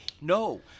No